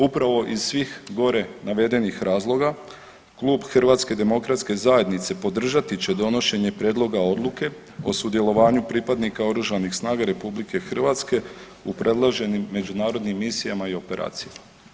Upravo iz svih gore navedenih razloga klub HDZ-a podržati će donošenje Prijedloga odluke o sudjelovanju pripadnika Oružanih snaga RH u predloženim međunarodnim misijama i operacijama.